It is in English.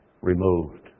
removed